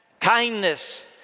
kindness